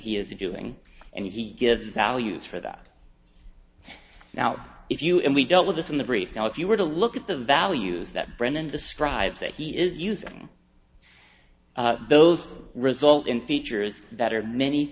he is doing and he gives pal use for that now if you and we dealt with this in the brief now if you were to look at the values that brennan describes that he is using those result in features that are many